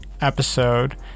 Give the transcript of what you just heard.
episode